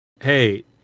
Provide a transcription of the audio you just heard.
Hey